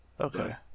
Okay